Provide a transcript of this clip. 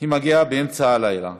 היא מגיעה באמצע הלילה,